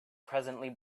presently